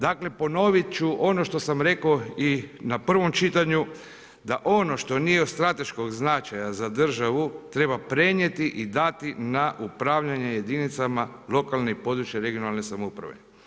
Dakle ponovit ću ono što sam rekao i na prvom čitanju, da ono što nije od strateškog značaja za državu treba prenijeti i dati na upravljanje jedinicama lokalne i područne (regionalne) samouprave.